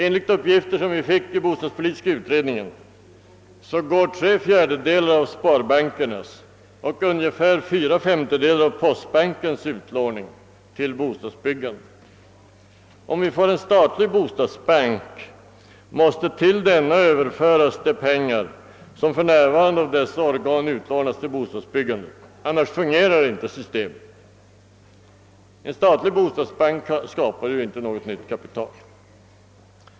Enligt uppgifter som vi fick i bostadspolitiska utredningen går tre fjärdedelar av sparbankernas och ungefär fyra femtedelar av postbankens utlåning till bostadsbyggandet. Om vi får en statlig bostadsbank, måste till denna överföras de pengar som för närvarande av dessa organ utlånas till bostadsbyggandet — annars fungerar inte systemet. Men en statlig bostadsbank skapar ju inte något nytt kapital.